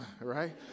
Right